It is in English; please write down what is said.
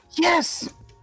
Yes